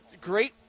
great